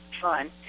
fun